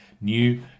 new